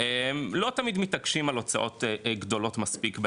לא תמיד מתעקשים על הוצאות גדולות מספיק,